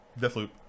Deathloop